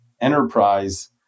enterprise